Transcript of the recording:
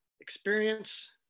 experience